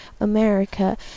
America